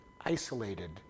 isolated